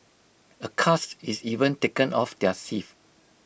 A cast is even taken of their thief